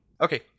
Okay